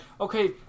okay